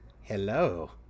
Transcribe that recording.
hello